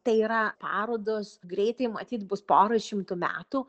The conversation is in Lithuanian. tai yra parodos greitai matyt bus pora šimtų metų